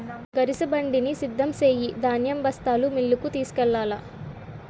గరిసెబండిని సిద్ధం సెయ్యు ధాన్యం బస్తాలు మిల్లుకు తోలుకెల్లాల